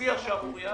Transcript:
שיא השערורייה